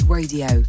Radio